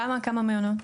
כמה מעונות?